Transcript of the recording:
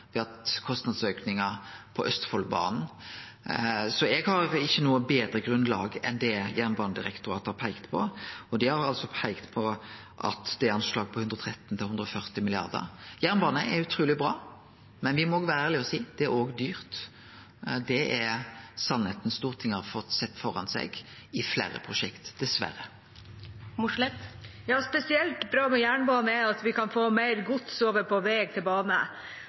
hatt kostnadsaukar på Østfoldbanen. Eg har ikkje noko betre grunnlag enn det Jernbanedirektoratet har peikt på, og dei har peikt på at anslaget er på 113–140 mrd. kr. Jernbane er utruleg bra, men me må vere ærlege og seie at det òg er dyrt. Det er sanninga Stortinget har fått sett framfor seg i fleire prosjekt – dessverre. Det som er spesielt bra med jernbane, er at vi kan få mer gods over fra vei til bane.